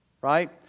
right